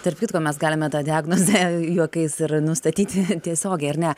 tarp kitko mes galime tą diagnozę juokais ir nustatyti tiesiogiai ar ne